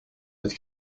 het